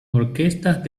orquestas